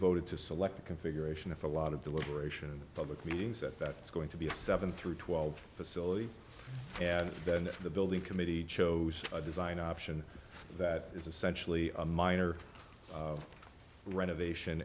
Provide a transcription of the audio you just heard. voted to select the configuration of a lot of deliberation public meetings that that's going to be a seven through twelve facility and then the building committee chose a design option that is essentially a minor renovation